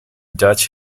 dutch